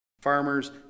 Farmers